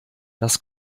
das